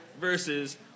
versus